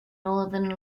northern